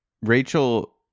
Rachel